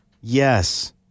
Yes